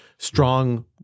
Strong